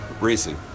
racing